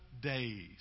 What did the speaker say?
days